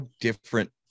different